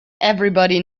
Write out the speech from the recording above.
everybody